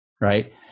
right